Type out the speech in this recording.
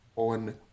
On